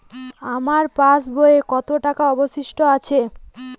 আমার পাশ বইয়ে কতো টাকা অবশিষ্ট আছে?